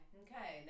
okay